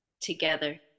together